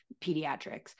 pediatrics